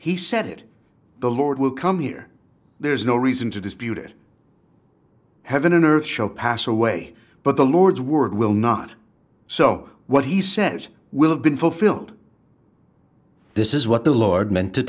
he said the lord will come here there is no reason to dispute it heaven and earth shall pass away but the lord's word will not so what he says will have been fulfilled this is what the lord meant to